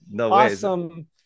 awesome